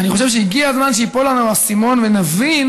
ואני חושב שהגיע הזמן שייפול לנו האסימון ונבין